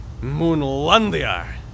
Moonlandia